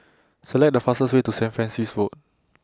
Select The fastest Way to Saint Francis Road